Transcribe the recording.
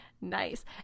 Nice